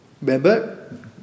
remember